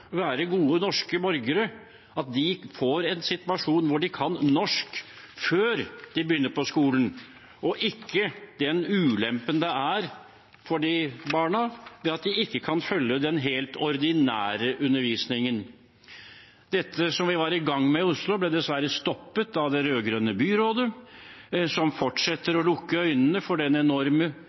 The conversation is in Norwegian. være gode norske borgere, får en situasjon hvor de kan norsk før de begynner på skolen, og ikke den ulempen det er for disse barna dersom de ikke kan følge den helt ordinære undervisningen. Dette som vi var i gang med i Oslo, ble dessverre stoppet av det rød-grønne byrådet, som fortsetter å lukke øynene for den